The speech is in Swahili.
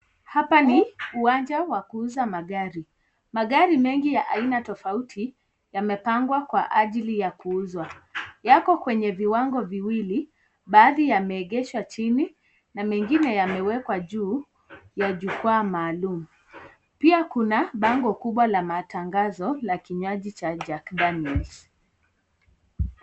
Hapa ni uwanja wa kuuza magari. Magari mengi ya aina tofauti yamepangwa kwa ajili ya kuuzwa; yako kwenye viwango viwili, baadhi yameegeshwa chini na mengine yamewekwa juu ya jukwaa maalum. Pia kuna bango kubwa la matangazo la kinywaji cha Jack Daniels.